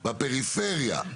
בפריפריה.